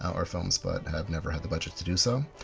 um or films, but have never had the budget to do so.